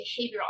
behavioral